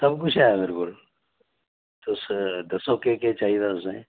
सब कुछ ऐ मेरे कोल तुस दस्सो केह् केह् चाहिदा तुसें